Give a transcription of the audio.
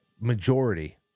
majority